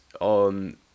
on